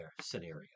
scenario